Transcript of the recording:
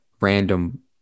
random